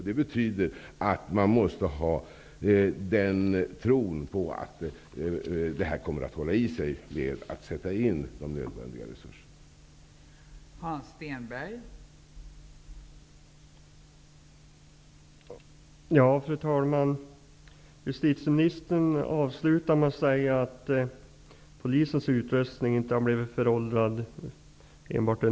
Det betyder också att man måste ha tron att det här kommer att hålla i sig och att det därför är nödvändigt att tillsätta dessa resurser.